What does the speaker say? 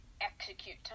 execute